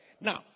Now